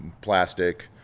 plastic